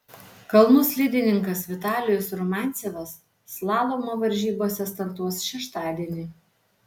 kalnų slidininkas vitalijus rumiancevas slalomo varžybose startuos šeštadienį